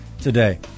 today